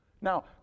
Now